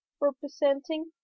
representing